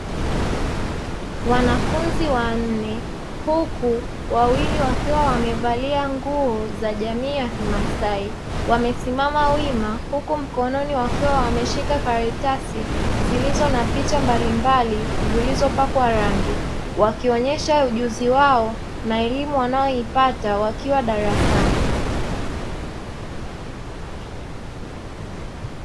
Wanafunzi wanne huku wawili wakiwa wamevalia nguo za jamii ya kimasai; wamesimama wima huku mkononi wakiwa wameshika karatasi zilizo na picha mbalimbali zilizopangwa rangi, wakionesha ujuzi wao na elimu wanayoipata wakiwa darasani.